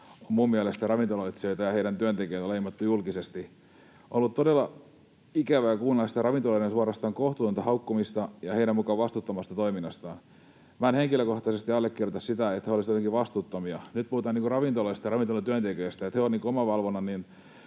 minun mielestäni ravintoloitsijoita ja heidän työntekijöitään on leimattu julkisesti. On ollut todella ikävää kuunnella sitä ravintoloiden suorastaan kohtuutonta haukkumista heidän muka vastuuttomasta toiminnastaan. Minä en henkilökohtaisesti allekirjoita sitä, että he olisivat jotenkin vastuuttomia. Nyt puhutaan ravintoloista ja ravintolatyöntekijöistä: he ovat tekemisissä